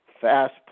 fast